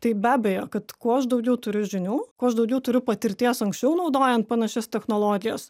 tai be abejo kad kuo aš daugiau turiu žinių kuo aš daugiau turiu patirties anksčiau naudojant panašias technologijas